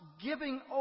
giving